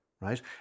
right